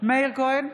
מאיר כהן,